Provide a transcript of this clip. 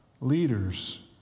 leaders